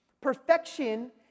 Perfection